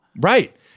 Right